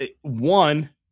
One